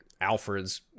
Alfred's